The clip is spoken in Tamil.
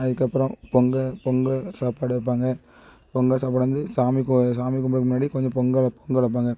அதுக்கப்பறம் பொங்கல் பொங்கல் சாப்பாடு வைப்பாங்க பொங்கல் சாப்பாடு வந்து சாமி கு சாமி கும்பிட்றதுக்கு முன்னாடி கொஞ்சம் பொங்கலை பொங்கல் வைப்பாங்க